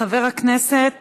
חבר הכנסת